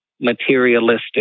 materialistic